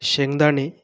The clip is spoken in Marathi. शेंगदाणे